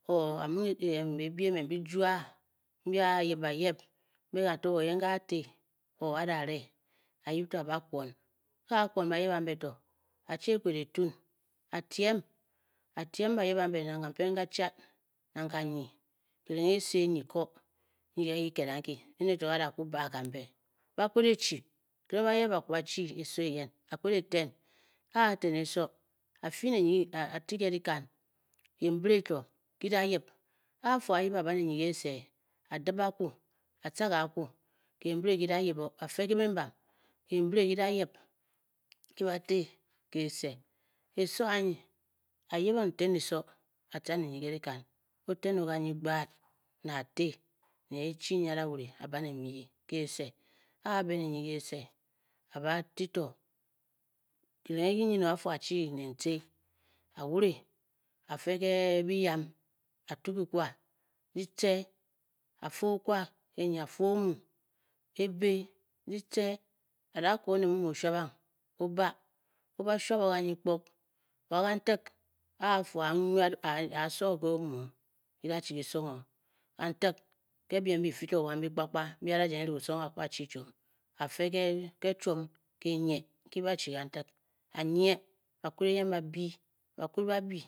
a ming bebia emen bi jua mbi a-a yip bayep, mbe kanto wo yen nke a-te or a da- re a yip to a ba kwon, a- a-kwon bayep ambe to a chi e kped e tuun, a-tyem, a tyem bayeb am be, nang kanpen kachad nang kanyi kirenghe ese nyi ko nyi kiked anki ene to nke a da kwu baa kambe, ba kped e chi, kirenghe bayep ba kwu bachi eso eyen, a kped eten, a-a ten eso, a fyi ne nyi, a ti ke dikan kembire to ki da yip. a-a yip a fii ne nyi ke se a dip akwu atcage akwu, kembire ki da yip or a fe ke bembam, kembire kida yip ki ba te kese. eso anyi a yibing nten eso a tca ne nyi ke dikan, o ten o kanyi gbaad ne a te, ne e chi nyi a da wure a ba ne nyi ke se. a- a be ne nyi ke se a ba ti to kirenghe ki nyin o a fu a chi dentce, a wure a a fe ke biyam a tuu ki kwa ki tce, a fe okwa ke nyi a fe omu ki tce, a da ko oned mu mu o, oba o-ba shuab o kanyi kpog, wa kantik a a fu a a nwuad, a a so ke omu ki da chi ki songh o, kantik. ke biem bi fii to wa mbyi kpakpa mbi a da jang e ri busong a a kwu a chi chiom a fe ke chiom, kenyie nki ba-chi kantik, a nye ke a nye bakwud eyen ba byi, bakwud ba byi